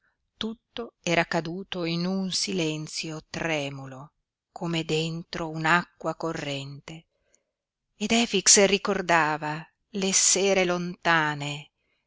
tutto era caduto in un silenzio tremulo come dentro un'acqua corrente ed efix ricordava le sere lontane